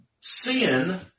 sin